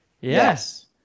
Yes